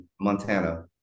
Montana